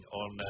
on